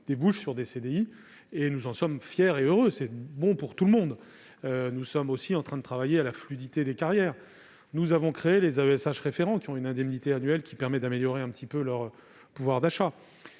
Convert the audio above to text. débouchent sur des CDI, ce dont nous sommes fiers et heureux, car c'est bon pour tout le monde. Nous sommes aussi en train de travailler à la fluidité des carrières. Nous avons ainsi créé des AESH référents, qui perçoivent une indemnité annuelle leur permettant d'améliorer un peu leur pouvoir d'achat.